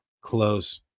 close